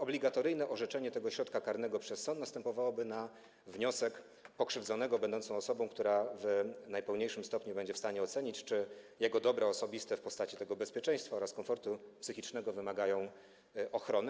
Obligatoryjne orzeczenie tego środka karnego przez sąd następowałoby na wniosek pokrzywdzonego będącego osobą, która w najpełniejszym stopniu będzie w stanie ocenić, czy jej dobra osobiste w postaci bezpieczeństwa oraz komfortu psychicznego wymagają ochrony.